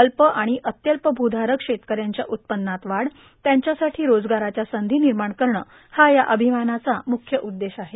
अल्प आणि अत्यल्पभूधारक शेतकऱ्यांच्या उत्पन्नात वाढ त्यांच्यासाठी रोजगाराच्या संधी निर्माण करणं हा या अभियानाचा प्रमुख उद्देश आहे